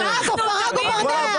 פרגו ברנע,